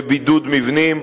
בבידוד מבנים,